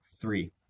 three